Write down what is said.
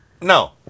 No